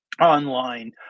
online